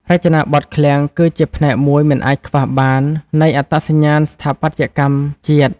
រចនាបថឃ្លាំងគឺជាផ្នែកមួយមិនអាចខ្វះបាននៃអត្តសញ្ញាណស្ថាបត្យកម្មជាតិ។